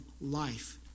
life